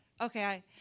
okay